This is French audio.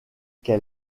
quel